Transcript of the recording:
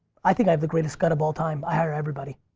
i think i have the greatest gut of all time. i hire everybody.